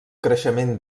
creixement